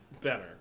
better